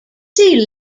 see